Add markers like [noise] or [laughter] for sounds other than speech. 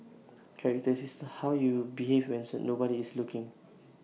character is how you behave when [unintelligible] nobody is looking